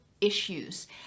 issues